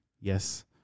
Yes